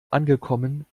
angekommen